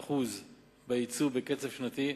46% ביצוא בקצב שנתי,